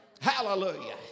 Hallelujah